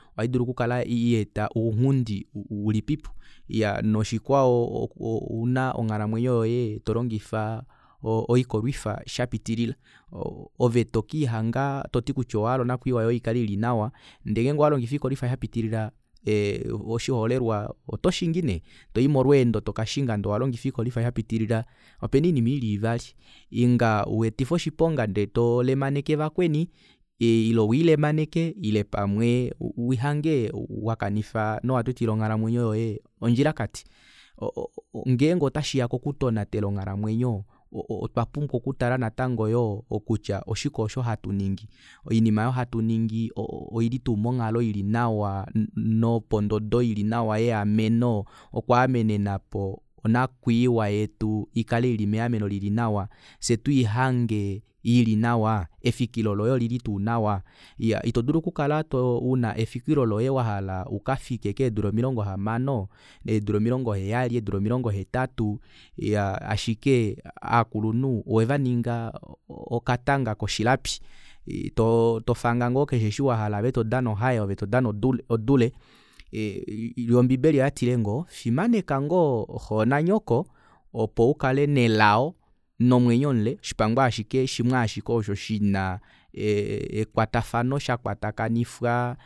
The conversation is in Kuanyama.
Ohaidulu okukala yaeta ounghundi ulipipo iya noshikwao ouna onghalamwenyo yoye tolongifa oikolwifa shapitilila ove tokiihanga toti kutya owahala onakwiiwa yoye ikale ili nawa ndeengenge owalongifa oikolwifa shapitilila oshiholelwa otoshingi nee toyi molweendo tokashinga ndee owalongifa oikolwifa shapitilila opena oinima ili ivali inga weetife oshiponga ndee tolemaneke vakweni ile wiilemaneke ile pamwe uhange wakanifa nowatetwila onghalamwenyo yoye ondjila kati o- o- o ngeenge otashiya kokutonatela onghalamwenyo otwa pumbwa okutala yoo natango kutya oshike oosho hatuningi oinima aayo hatuningi oili tuu monghalo ili nawa nopondodo ili nawa yeameno okwaamenenapo onakwiiwa yetu ikale ili meameno lili nawa fyee tuihange ili nawa efikilo loye olili tuu nawa iyaa itodulu okukala too una efikilo loye wahala ukafike keedula omilongo hamano eedula omilongo heyali eedula omilongo hetatu iyaa ashike aakulunhu owevaninga okatanga koshilapi to- tofanga ngoo keshe eshi wahala ove todana ohayi ove todana odule yoo ombibeli oyatile ngoo fimaneka ngoo xoo nanyoko opo ukale nelao nomwenyo mule oshipango ashike shimwaashike osho shina ekwatafano shakwatakanifwa